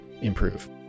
improve